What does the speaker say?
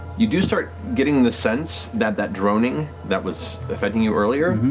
you do start getting the sense that that droning that was effecting you earlier,